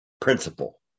principle